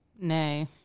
Nay